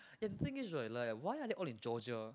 and thing is right like why are they all in Georgia